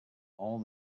all